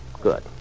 Good